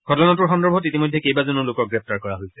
ঘটনাটোৰ সন্দৰ্ভত ইতিমধ্যে কেবাজনো লোকক গ্ৰেপ্তাৰ কৰা হৈছে